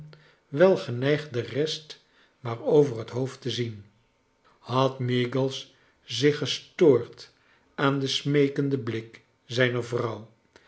wel geneigd de rest maar over het hoofd te zien had meagles zich gestoord aan den smeekenden blik zijner